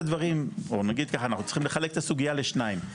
כי אנחנו צריכים לחלק את הסוגייה לשניים,